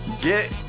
get